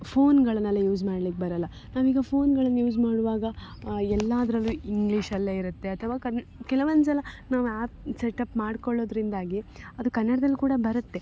ಫೋನ್ಗಳ್ನೆಲ್ಲ use ಮಾಡ್ಲಿಕ್ಕೆ ಬರಲ್ಲ ನಾವೀಗ ಫೋನ್ಗಳನ್ನು ಯೂಸ್ ಮಾಡುವಾಗ ಎಲ್ಲಾದ್ರಲ್ಲು ಇಂಗ್ಲೀಷಲ್ಲೇ ಇರುತ್ತೆ ಅಥವಾ ಕನ್ನ ಕೆಲವೊಂದುಸಲ ನಾವು ಆ್ಯಪ್ ಸೆಟಪ್ ಮಾಡಿಕೊಳ್ಳೊದ್ರಿಂದಾಗಿ ಅದು ಕನ್ನಡ್ದಲ್ಲಿ ಕೂಡ ಬರುತ್ತೆ